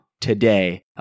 today